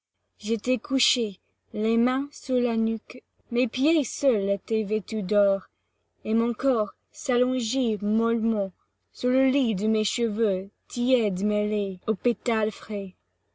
j'étais couchée les mains sous la nuque mes pieds seuls étaient vêtus d'or et mon corps s'allongeait mollement sur le lit de mes cheveux tièdes mêlés aux pétales frais